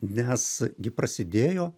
nes gi prasidėjo